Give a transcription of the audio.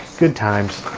good times.